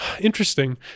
Interesting